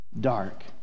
Dark